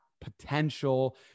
potential